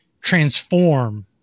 transform